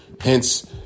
hence